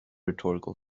rhetorical